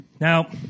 Now